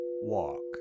walk